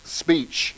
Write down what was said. speech